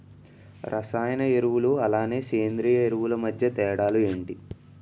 రసాయన ఎరువులు అలానే సేంద్రీయ ఎరువులు మధ్య తేడాలు ఏంటి?